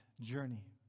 journey